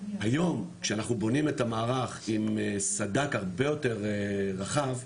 היום כשאנחנו בונים את המערך עם סד"כ הרבה יותר רחב,